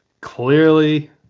clearly